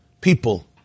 people